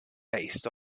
based